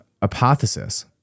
hypothesis